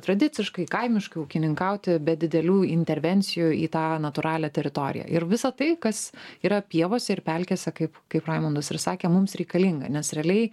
tradiciškai kaimiškai ūkininkauti be didelių intervencijų į tą natūralią teritoriją ir visa tai kas yra pievose ir pelkėse kaip kaip raimundas ir sakė mums reikalinga nes realiai